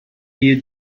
you